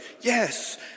yes